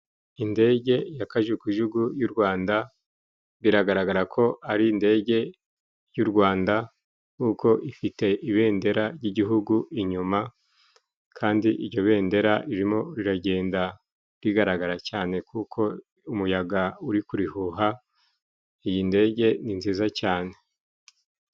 Indege ya kajugujugu y'u Rwanda, biragaragara ko ari indege y'u Rwanda, kuko ifite ibendera ry'igihugu inyuma, kandi iryo bendera ririmo riragenda rigaragara cyane kuko umuyaga uri kurihuha. Iyi ndege ni nziza cyane.